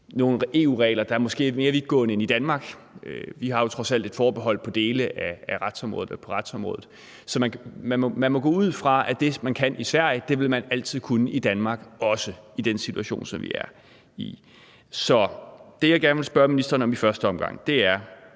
nogle EU-regler, der måske er mere vidtgående, end de er i Danmark. Vi har jo trods alt et forbehold på retsområdet. Så man må gå ud fra, at det, man kan i Sverige, vil man altid kunne i Danmark, også i den situation, som vi er i. Så det, jeg gerne vil spørge ministeren om i første omgang, vedrører